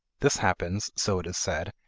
this happens, so it is said,